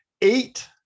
Eight